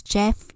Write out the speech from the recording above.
Jeff